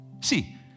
See